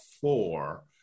four –